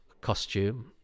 costume